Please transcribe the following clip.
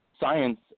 Science